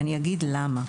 אני אגיד למה.